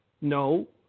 No